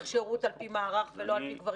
שירות על פי מערך ולא על פי גברים ונשים?